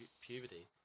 puberty